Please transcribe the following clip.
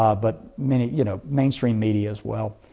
ah but many, you know, mainstream media as well.